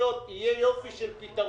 טכנולוגיות יהיה יופי של פתרון.